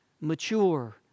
mature